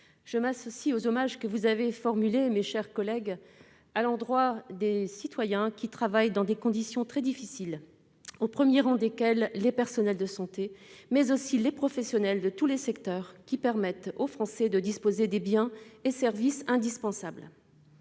Je m'associe aux hommages que vous avez formulés, mes chers collègues, à l'endroit de nos concitoyens qui travaillent dans des conditions très difficiles, au premier rang desquels les personnels de santé, mais aussi les professionnels de tous les secteurs qui permettent aux Français de disposer des biens et services indispensables.